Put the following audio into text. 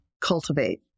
cultivate